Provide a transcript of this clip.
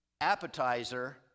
appetizer